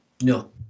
No